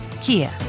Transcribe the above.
Kia